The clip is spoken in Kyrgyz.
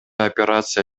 операция